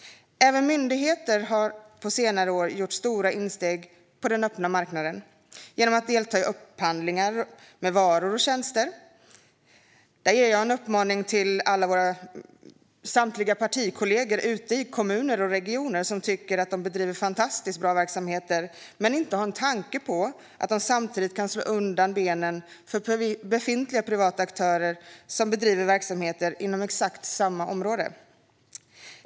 Även myndigheter har på senare år gjort stora insteg på den öppna marknaden genom att delta i upphandlingar med varor och tjänster. Här vill jag uppmärksamma samtliga partikollegor ute i kommuner och regioner, som tycker att de bedriver fantastiskt bra verksamheter, på att de härigenom kan slå undan benen för befintliga privata aktörer som bedriver verksamheter inom exakt samma område.